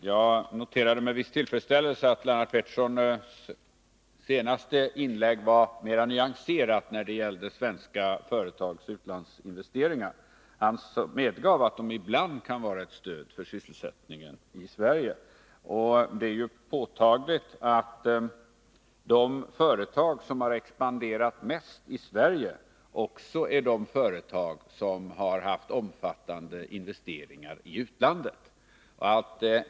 Jag noterade med viss tillfredsställelse att Lennart Petterssons senaste inlägg var mera nyanserat när det gällde svenska företags utlandsinvesteringar. Han medgav att de ibland kan vara ett stöd för sysselsättningen i Sverige. Det är påtagligt att de företag som har expanderat mest i Sverige också har haft omfattande investeringar i utlandet.